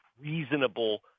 reasonable